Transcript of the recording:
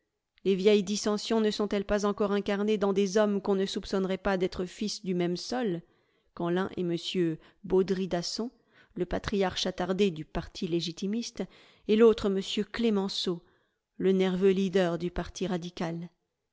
les vieilles dissensions ne sont-elles pas encore incarnées dans des hommes qu'on ne soupçonnerait pas d'être fils du même sol quand l'un est m baudry d'asson a travers les rincions de france le patriarche attardé du parti légitimiste et l'autre m clemenceau le nerveux leader du parti radical